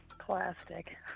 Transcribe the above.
plastic